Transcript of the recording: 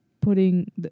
putting